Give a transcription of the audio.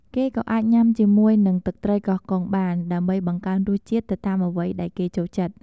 គេក៏អាចញ៉ាំជាមួយនឹងទឹកត្រីកោះកុងបាន ដើម្បីបង្កើនរសជាតិទៅតាមអ្វីដែលគេចូលចិត្ត។